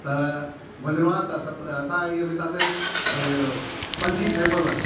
त वञिणो आहे त सत असां ईअं वेंदासीं भई पंजीं फेबररी